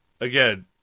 Again